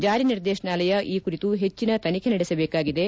ಜಾರಿ ನಿರ್ದೇಶನಾಲಯ ಈ ಕುರಿತು ಹೆಚ್ಚನ ತನಿಖೆ ನಡೆಸಬೇಕಾಗಿದೆ